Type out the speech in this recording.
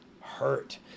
hurt